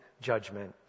judgment